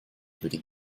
würde